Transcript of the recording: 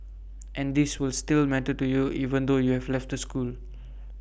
and these will still matter to you even though you have left the school